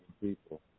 people